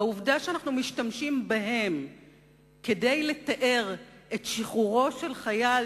והעובדה שאנחנו משתמשים בהם כדי לתאר את שחרורו של חייל,